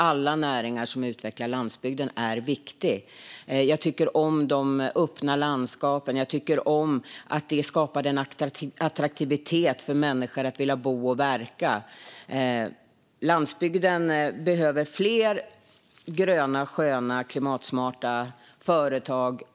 Alla näringar som utvecklar landsbygden är viktiga. Jag tycker om de öppna landskapen. De skapar en attraktivitet för människor att vilja bo och verka. Landsbygden behöver fler gröna, sköna och klimatsmarta företag.